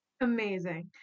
Amazing